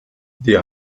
die